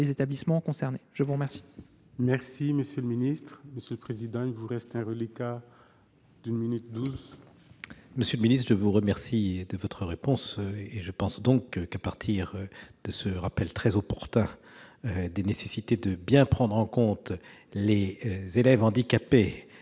je vous remercie